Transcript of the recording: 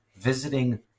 Visiting